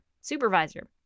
supervisor